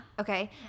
okay